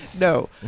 No